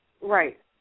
Right